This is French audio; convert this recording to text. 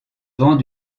vent